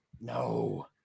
No